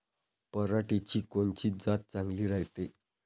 पऱ्हाटीची कोनची जात चांगली रायते?